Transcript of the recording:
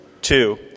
two